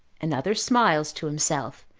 another smiles to himself,